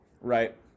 Right